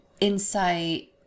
insight